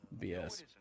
BS